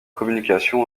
communication